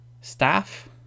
Staff